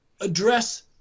address